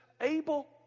Abel